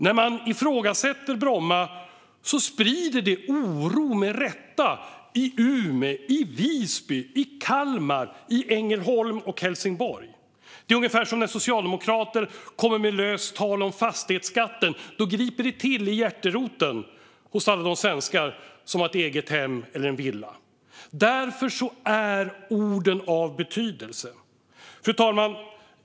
När man ifrågasätter Bromma sprider det med rätta oro i Umeå, i Visby, i Kalmar, i Ängelholm och i Helsingborg. Det är ungefär som när socialdemokrater kommer med löst tal om fastighetsskatten. Då griper det till i hjärteroten hos alla de svenskar som har eget hem eller villa. Därför är orden av betydelse. Fru talman!